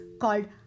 called